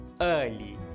early